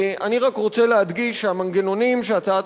אני רק רוצה להדגיש שהמנגנונים שהצעת